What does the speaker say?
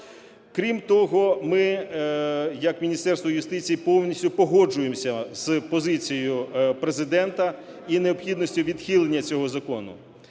Крім того, ми як Міністерство юстиції повністю погоджуємося з позицією Президента і необхідністю відхилення цього закону.